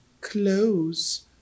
clothes